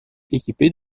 équipées